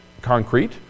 concrete